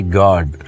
god،